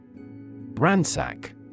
Ransack